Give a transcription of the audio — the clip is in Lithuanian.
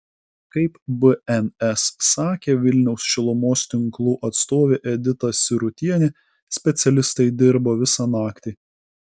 kaip bns sakė vilniaus šilumos tinklų atstovė edita sirutienė specialistai dirbo visą naktį